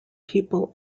people